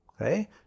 okay